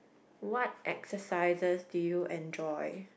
what exercises do you enjoy